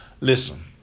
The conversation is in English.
listen